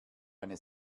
eine